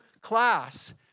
class